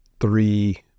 three